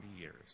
years